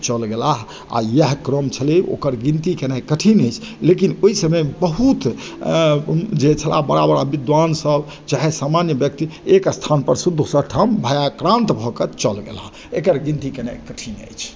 चल गेलाह आ इएह क्रम छलै ओकर गिनती केनाइ कठिन अछि लेकिन ओहि समय मे बहुत जे छलाह बड़ा बड़ा विद्वान सब चाहे सामान्य व्यक्ति एक स्थान पर से दोसर ठाम भयक्रांत भऽ के चल गेला एकर गिनती केनाय कठिन अइछ